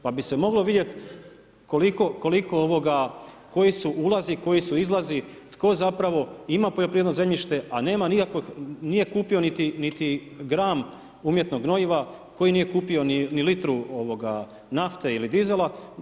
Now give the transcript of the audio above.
Pa bi se moglo vidjeti koliko, koji su ulazi, koji su izlazi, tko zapravo ima poljoprivredno zemljište, a nema nikakvih, a nije kupio niti gram umjetnog gnojiva, koji nije kupio ni litru nafte ili dizela.